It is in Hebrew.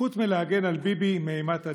חוץ להגן על ביבי מאימת הדין.